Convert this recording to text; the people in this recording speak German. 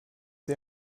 sie